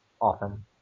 often